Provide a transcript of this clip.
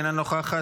אינו נוכח,